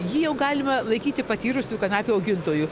jį jau galima laikyti patyrusiu kanapių augintoju